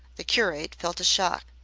the curate felt a shock,